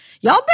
y'all